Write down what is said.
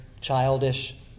childish